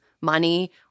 money